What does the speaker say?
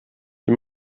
die